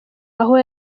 aho